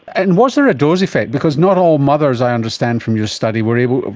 and was there a dose effect, because not all mothers, i understand from your study, were able,